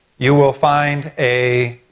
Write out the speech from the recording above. you will find a,